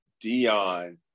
Dion